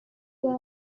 pain